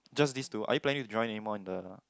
just this two are you plan to join anymore in the